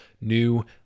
new